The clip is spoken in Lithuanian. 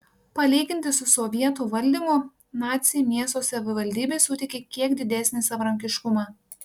palyginti su sovietų valdymu naciai miesto savivaldybei suteikė kiek didesnį savarankiškumą